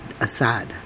Assad